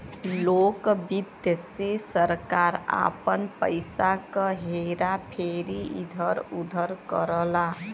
लोक वित्त से सरकार आपन पइसा क हेरा फेरी इधर उधर करला